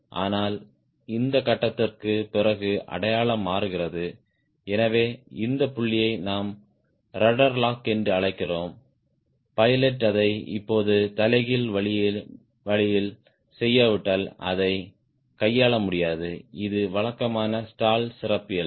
ஆனால் இந்த கட்டத்திற்குப் பிறகு அடையாளம் மாறுகிறது எனவே இந்த புள்ளியை நாம் ரட்ட்ர் லாக் என்று அழைக்கிறோம் பைலட் அதை இப்போது தலைகீழ் வழியில் செய்யாவிட்டால் அதைக் கையாள முடியாது இது வழக்கமான ஸ்டால் சிறப்பியல்பு